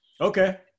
Okay